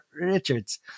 Richards